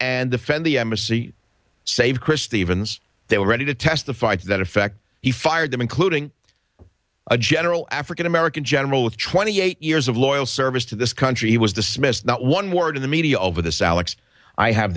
and defend the embassy save chris stevens they were ready to testify to that effect he fired them including a general african american general with twenty eight years of loyal service to this country he was dismissed not one word in the media over this alex i have